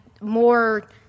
more